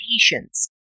patients